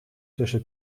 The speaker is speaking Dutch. tussen